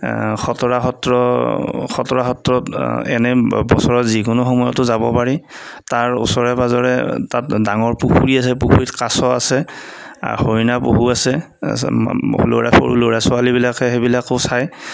খটৰা সত্ৰ খটৰা সত্ৰত এনেই বছৰৰ যিকোনো সময়তো যাব পাৰি তাৰ ওচৰে পাজৰে তাত ডাঙৰ পুখুৰী আছে পুখুৰীত কাছ আছে আৰু হৰিণা পহু আছে তাৰ পিছত ল'ৰা সৰু ল'ৰা ছোৱালীবিলাকে সেইবিলাকো চায়